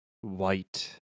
white